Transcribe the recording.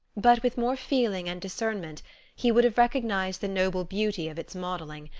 but with more feeling and discernment he would have recognized the noble beauty of its modeling,